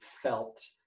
felt